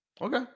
Okay